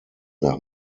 nach